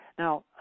Now